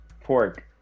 pork